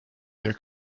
their